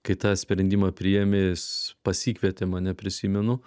kai tą sprendimą priėmė jis pasikvietė mane prisimenu